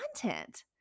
content